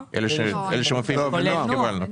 ונעם.